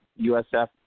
USF